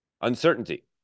Uncertainty